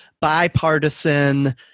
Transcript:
bipartisan